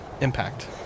Impact